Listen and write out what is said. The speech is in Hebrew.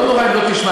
לא נורא אם לא תשמע,